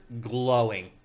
glowing